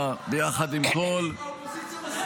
9 בעד ההצעה להעביר את הצעת החוק לוועדה,